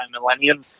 millennium